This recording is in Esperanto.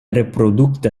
reprodukta